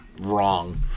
wrong